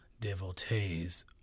devotees